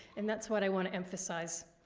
and that's what i want to emphasize.